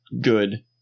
good